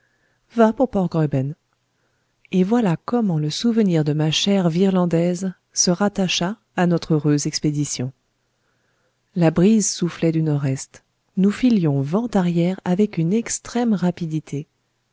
va pour port graüben et voilà comment le souvenir de ma chère virlandaise se rattacha à notre heureuse expédition la brise soufflait du nord-est nous filions vent arrière avec une extrême rapidité